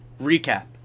recap